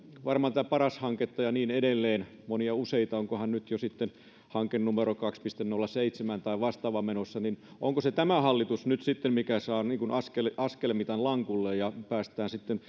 varmaan tätä paras hanketta ja niin edelleen onkohan nyt jo sitten hanke numero kaksi piste nolla seitsemän tai vastaava menossa niin onko se tämä hallitus nyt sitten mikä saa askelmitan lankulle ja päästään sitten